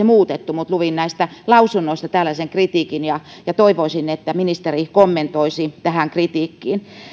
muutettu mutta luin näistä lausunnoista tällaisen kritiikin ja ja toivoisin että ministeri kommentoisi tähän kritiikkiin